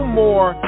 more